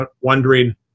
wondering